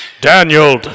Daniel